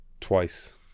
twice